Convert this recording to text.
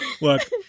Look